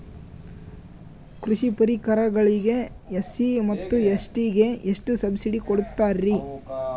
ಕೃಷಿ ಪರಿಕರಗಳಿಗೆ ಎಸ್.ಸಿ ಮತ್ತು ಎಸ್.ಟಿ ಗೆ ಎಷ್ಟು ಸಬ್ಸಿಡಿ ಕೊಡುತ್ತಾರ್ರಿ?